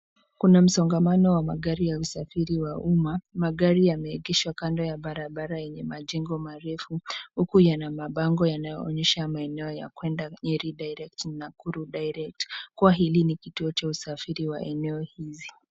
Kuna msongamano wa magari ya usafiri wa umma, magari yameegeshwa kando ya barabara yenye majengo marefu, huku yana mabango yanayoonyesha maeneo ya kwenda Nyeri direct, na Nakuru direct, kuwa hili ni kituo cha usafiri wa eneo hizi.